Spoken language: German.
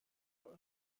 eurem